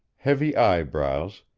heavy eyebrows,